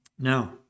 Now